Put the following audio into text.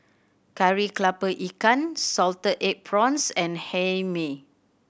Kari Kepala Ikan salted egg prawns and Hae Mee